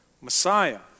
Messiah